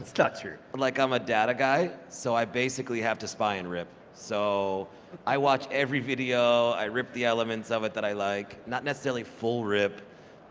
it's not true. like i'm a data guy so i basically have to spy and rip. so i watch every video, i rip the elements of it that i like. not necessarily full rip